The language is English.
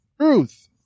truth